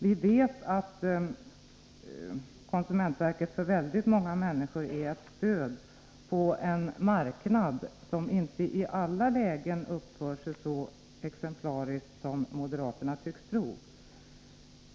Vi vet att konsumentverket för väldigt många människor är ett stöd på en marknad som inte i alla lägen uppför sig så exemplariskt som moderaterna tycks tro.